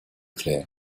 clair